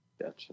Gotcha